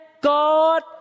God